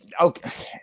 Okay